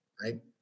right